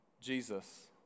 Jesus